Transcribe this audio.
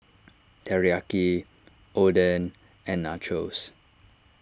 Teriyaki Oden and Nachos